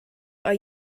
are